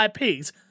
IPs